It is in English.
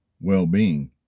well-being